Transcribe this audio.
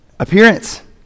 appearance